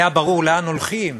היה ברור לאן הולכים,